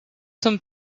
some